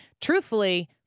truthfully